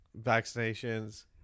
vaccinations